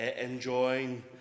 enjoying